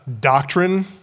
doctrine